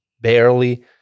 barely